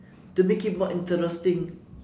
to make it more interesting